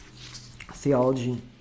theology